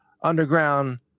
underground